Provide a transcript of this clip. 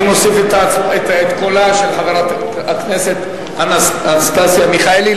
אני מוסיף את קולה של חברת הכנסת אנסטסיה מיכאלי,